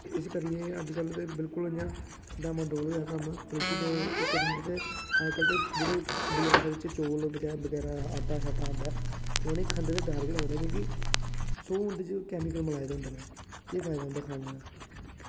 उसदे कन्नै अज्जकल ते बिल्कुल इंया डामाडोल होआ दा कम्म एह् इक्क ते इक्क किस्म दे अज्जकल जेह्ड़े बाजारै च चौल आटा बगैरा आंदा ऐ ते उनेंगी खंदे डर गै लगदा की के सौ किस्म दे केमिकल पाए दे होंदे न केह् फायदा उंदा खानै दा